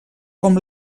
com